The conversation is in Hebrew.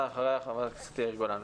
ואחריה חבר הכנסת יאיר גולן.